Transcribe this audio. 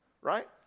right